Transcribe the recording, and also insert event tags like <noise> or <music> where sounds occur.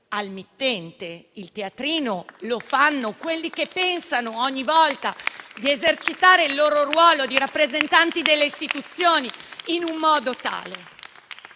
<applause> Il teatrino lo fanno quelli che pensano ogni volta di esercitare il loro ruolo di rappresentanti delle istituzioni in questo modo,